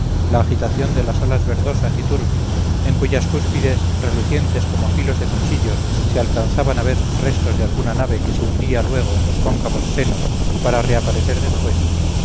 la agitación de las olas verdosas y turbias en cuyas cúspides relucientes como filos de cuchillos se alcanzaban a ver restos de alguna nave que se hundía luego en los cóncavos senos para reaparecer después